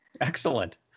Excellent